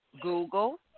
Google